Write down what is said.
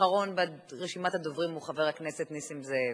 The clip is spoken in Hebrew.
אחרון ברשימת הדוברים הוא חבר הכנסת נסים זאב.